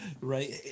Right